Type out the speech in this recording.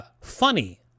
Funny